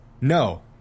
No